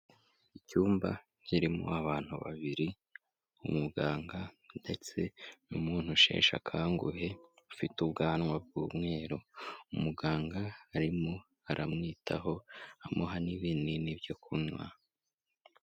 Icyumba kirimo abantu babiri, umuganga ndetse n'umuntu usheshakanguhe ufite ubwanwa bw'umweru. Umuganga arimo aramwitaho, amuha n'ibinini byo kunywa.